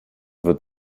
wird